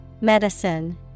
Medicine